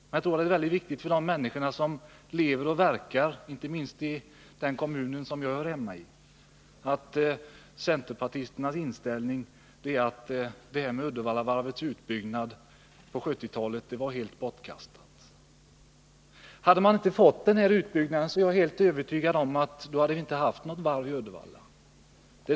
Jag tror att det är viktigt inte minst för de människor som lever och verkar i den kommun som jag tillhör att veta att centerpartisternas inställning är att det här med Uddevallavarvets utbyggnad på 1970-talet var helt felaktigt. Hade man inte gjort denna utbyggnad, är jag helt övertygad om att vi inte hade haft något varv i Uddevalla.